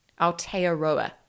Aotearoa